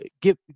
give